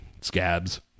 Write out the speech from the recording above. Scabs